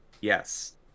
Yes